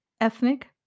ethnic